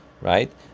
right